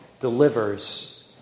delivers